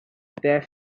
their